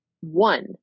one